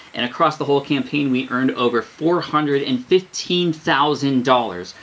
and across the whole campaign, we earned over four hundred and fifteen thousand dollars.